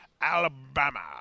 Alabama